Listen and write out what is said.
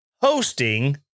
hosting